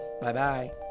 Bye-bye